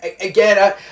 again